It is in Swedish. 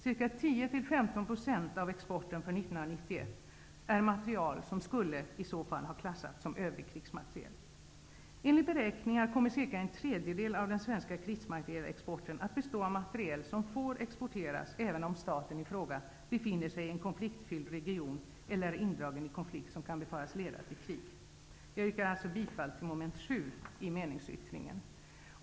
Ca 10--15 % av exporten för 1991 är materiel som skulle ha klassificerats som ''övrig krigsmateriel''. Enligt beräkningar kommer cirka en tredjedel av den svenska krigsmaterielexporten att bestå av materiel som får exporteras, även om staten i fråga ligger i en konfliktfylld region eller är indragen i konflikt som kan befaras leda till krig. Jag yrkar bifall till meningsyttringen under mom. 7.